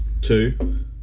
Two